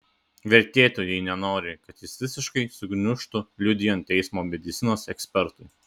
vertėtų jei nenori kad jis visiškai sugniužtų liudijant teismo medicinos ekspertui